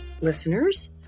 listeners